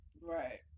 Right